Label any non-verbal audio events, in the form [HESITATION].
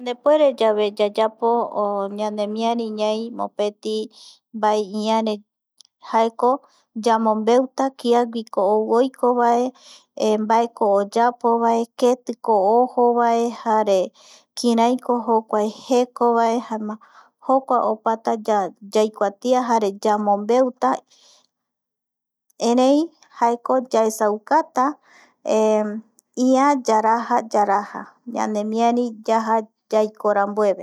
Yandepuereyave yayapo o ñanemiari ñai mopeti mbae iare jaeko yamombeuta kiaguiko ou oiko vae [HESITATION] mbaeko oyapovae ketiko ojo vae jare kiraiko jokuae jeko vae jaema jokua oipota [HESITATION] yaikuatia yamombeuta, erei jaeko yaesaukata [HESITATION] ia yarajayaraja ñanemiari yaja yaiko rambueve